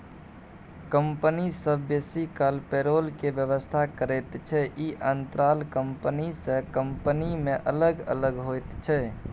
company सब बेसी काल पेरोल के व्यवस्था करैत छै, ई अंतराल कंपनी से कंपनी में अलग अलग होइत छै